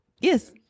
yes